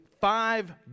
five